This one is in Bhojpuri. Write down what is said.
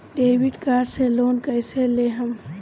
डेबिट कार्ड से लोन कईसे लेहम?